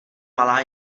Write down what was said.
malá